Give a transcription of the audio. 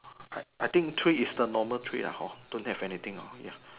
I I think tree is the normal tree uh hor don't have anything hor ya